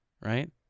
right